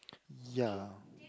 ya